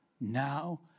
now